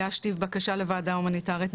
הגשתי בקשה לוועדה הומניטרית,